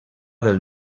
del